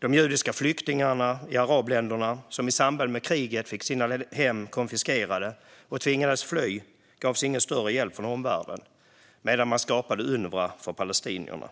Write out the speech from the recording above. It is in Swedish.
De judiska flyktingar i arabländerna som i samband med kriget fick sina hem konfiskerade och tvingades fly gavs ingen större hjälp från omvärlden, medan man skapade Unrwa för palestinierna.